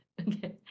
Okay